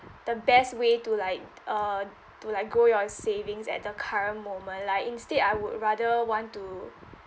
the best way to like uh to like grow your savings at the current moment like instead I would rather want to